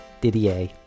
Didier